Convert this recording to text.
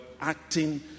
acting